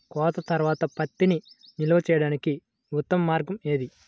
కోత తర్వాత పత్తిని నిల్వ చేయడానికి ఉత్తమ మార్గం ఏది?